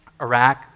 Iraq